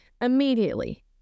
Immediately